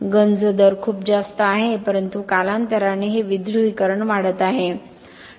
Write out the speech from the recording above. गंज दर खूप जास्त आहे परंतु कालांतराने हे विध्रुवीकरण वाढत आहे